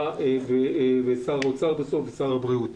אתה ושר האוצר ושר הבריאות.